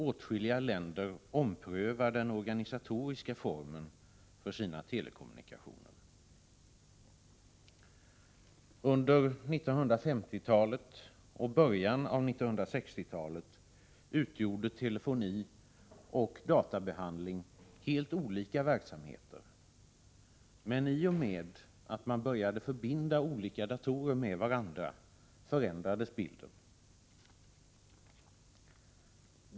Åtskilliga länder omprövar den organisatoris ka formen för sina telekommunikationer. Under 1950 och början av 1960-talet utgjorde telefoni och databehandling " helt olika verksamheter, men i och med att man började förbinda olika datorer med varandra förändrades bilden.